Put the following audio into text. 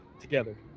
together